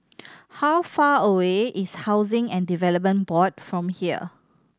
how far away is Housing and Development Board from here